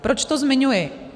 Proč to zmiňuji?